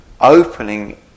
opening